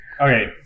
Okay